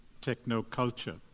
techno-culture